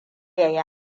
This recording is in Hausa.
yayi